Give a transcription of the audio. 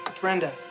Brenda